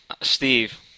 Steve